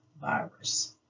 virus